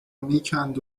میکند